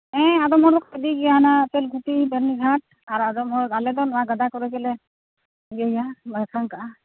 ᱦᱮᱸ ᱟᱰᱚᱢ ᱦᱚᱲ ᱫᱚᱠᱚ ᱤᱫᱤ ᱜᱮᱭᱟ ᱦᱟᱱᱟ ᱛᱮᱞᱠᱩᱯᱤ ᱵᱟᱹᱨᱱᱤ ᱜᱷᱟᱴ ᱟᱨ ᱟᱫᱚᱢ ᱦᱚᱲ ᱟᱞᱮ ᱫᱚ ᱱᱚᱣᱟ ᱜᱟᱰᱟ ᱠᱚᱨᱮ ᱜᱮᱞᱮ ᱤᱭᱟᱹᱭᱟ ᱵᱷᱟᱥᱟᱱ ᱠᱟᱜᱼᱟ